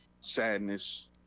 sadness